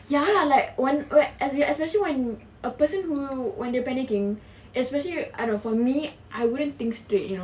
ya like one I eh especially when a person who when they panicking especially I know for me I wouldn't think straight you know